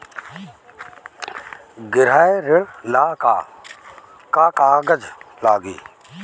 गृह ऋण ला का का कागज लागी?